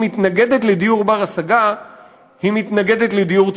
מתנגדת לדיור בר-השגה היא מתנגדת לדיור ציבורי.